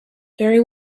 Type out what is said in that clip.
very